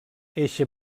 eixe